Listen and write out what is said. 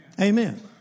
Amen